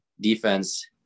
defense